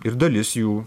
ir dalis jų